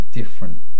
different